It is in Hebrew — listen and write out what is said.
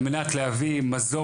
על מנת להביא מזור